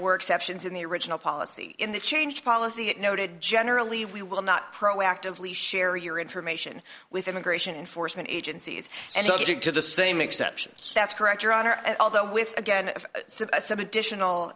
were exceptions in the original policy in the changed policy that noted generally we will not proactively share your information with immigration enforcement agencies and subject to the same exceptions that's correct your honor and although with again some additional